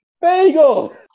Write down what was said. Bagel